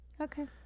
okay